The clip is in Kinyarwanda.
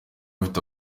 afite